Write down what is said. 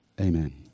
Amen